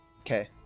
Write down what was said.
Okay